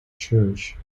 church